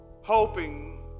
Hoping